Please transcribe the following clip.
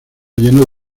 lleno